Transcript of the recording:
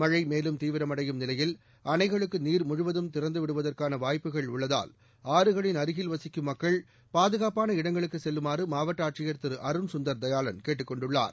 மழை மேலும் தீவிரம்எடயும் நிலையில் அணைகளிலிருந்து நீர் முழுவதும் திறந்தவிடுவதற்காள வாப்புகள் உள்ளதால் ஆறுகளின் அருகில் வசிக்கும் மக்கள் பாதுகாட்டான இடங்களுக்குச் செல்லுமாறு மாவட்ட ஆட்சியர் திரு அருண் கந்தர் தயாளன் கேட்டுக் கொண்டுள்ளார்